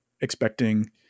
Expecting